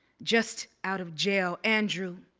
just out of jail. andrew,